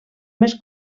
més